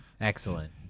excellent